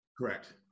Correct